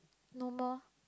no more